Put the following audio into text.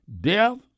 Death